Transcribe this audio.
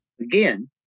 again